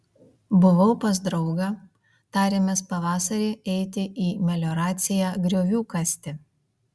buvau pas draugą tarėmės pavasarį eiti į melioraciją griovių kasti